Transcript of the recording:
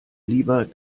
lieber